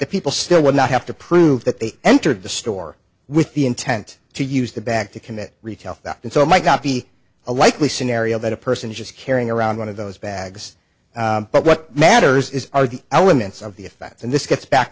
the people still would not have to prove that they entered the store with the intent to use the back to commit retail theft and so my copy a likely scenario that a person just carrying around one of those bags but what matters is are the elements of the offense and this gets back